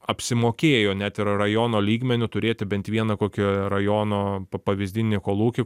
apsimokėjo net ir rajono lygmeniu turėti bent vieną kokį rajono pa pavyzdinį kolūkį